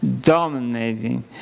dominating